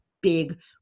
big